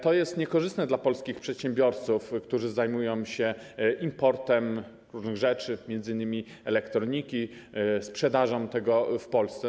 To jest niekorzystne dla polskich przedsiębiorców, którzy zajmują się importem różnych rzeczy, m.in. elektroniki, sprzedażą tego w Polsce.